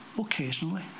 occasionally